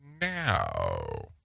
now